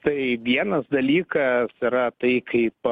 tai vienas dalykas yra tai kaip